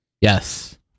yes